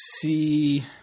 see